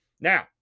Now